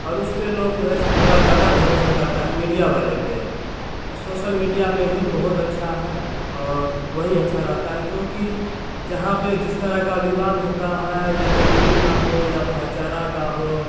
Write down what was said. और उस पे लोग है ऐसे थोड़ा ज़्यादा भरोसा करता है मीडिया वाले पे और सोशल मीडिया में ही बहुत अच्छा है और वही अच्छा रहता है क्योंकि जहाँ पे जिस तरह का विवाद होता है या जमीनी का हो या भाईचारा का हो